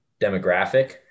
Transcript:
demographic